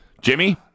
Jimmy